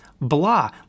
blah